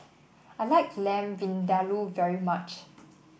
I like Lamb Vindaloo very much